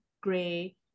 gray